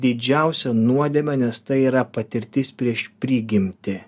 didžiausia nuodėmė nes tai yra patirtis prieš prigimtį